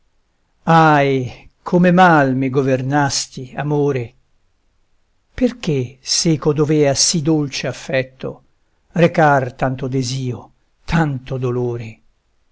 ahi come mal mi governasti amore perché seco dovea sì dolce affetto recar tanto desio tanto dolore